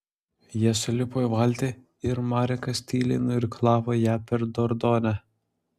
jie sulipo į valtį ir marekas tyliai nuirklavo ją per dordonę